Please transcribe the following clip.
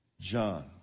John